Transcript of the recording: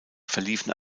verliefen